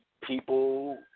people